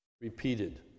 repeated